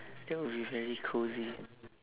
that would be very cozy